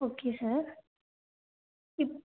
okay sir இப்ப